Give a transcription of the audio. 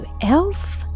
elf